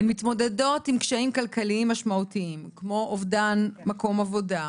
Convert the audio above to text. הן מתמודדות עם קשיים כלכליים משמעותיים כמו אובדן מקום עבודה,